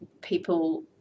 people